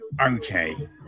okay